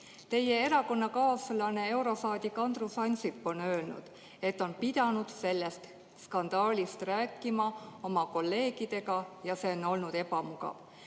Teie erakonnakaaslane, eurosaadik Andrus Ansip on öelnud, et on pidanud sellest skandaalist rääkima oma kolleegidega ja see on olnud ebamugav.